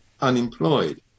unemployed